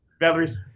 Valerie's